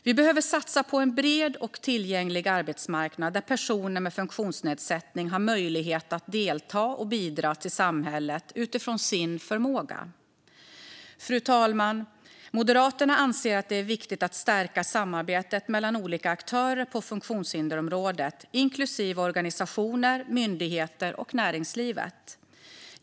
Vi behöver satsa på en bred och tillgänglig arbetsmarknad där personer med funktionsnedsättning har möjlighet att delta i och bidra till samhället utifrån sin förmåga. Fru talman! Moderaterna anser att det är viktigt att stärka samarbetet mellan olika aktörer på funktionshindersområdet, inklusive organisationer, myndigheter och näringslivet.